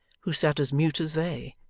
who sat as mute as they,